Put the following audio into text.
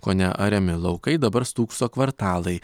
kone ariami laukai dabar stūkso kvartalai